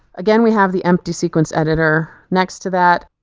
again we have the empty sequence editor next to that,